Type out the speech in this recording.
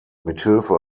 mithilfe